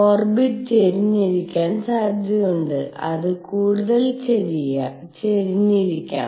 orbit ചരിഞ്ഞിരിക്കാൻ സാധ്യതയുണ്ട് അത് കൂടുതൽ ചരിഞ്ഞിരിക്കാം